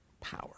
power